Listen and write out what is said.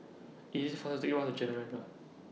IS IT faster to Take The Bus to Jalan Jentera